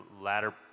latter